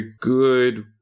good